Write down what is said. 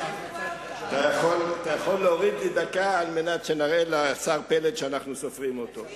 אתה יכול להוריד לי דקה על מנת שנראה לשר פלד שאנחנו סופרים אותו.